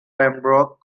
pembroke